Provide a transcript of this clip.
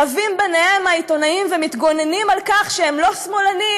העיתונאים רבים ביניהם ומתגוננים על כך שהם לא שמאלנים,